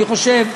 אני חושב,